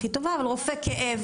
רופא כאב,